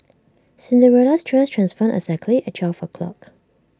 Cinderella's dress transformed exactly at twelve o'clock